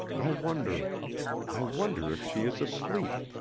i wonder i wonder if she is asleep.